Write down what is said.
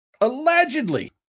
allegedly